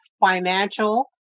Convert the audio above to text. financial